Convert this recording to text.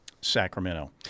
Sacramento